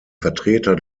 vertreter